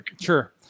Sure